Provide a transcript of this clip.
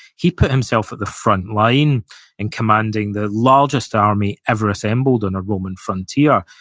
he put himself at the front line in commanding the largest army ever assembled on a roman frontier.